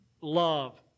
love